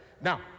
Now